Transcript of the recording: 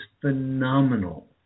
phenomenal